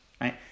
right